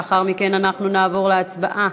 לאחר מכן אנחנו נעבור להצבעה.